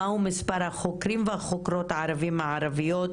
מהו מספר החוקרים והחוקרות הערביים והערביות